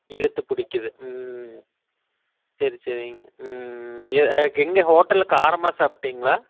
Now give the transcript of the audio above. இழுத்துப் பிடிக்கிது ம் சரி சரிங்க ம் எங்கே ஹோட்டலில் காரமாக சாப்பிட்டீங்களா